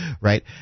Right